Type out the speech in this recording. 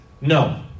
No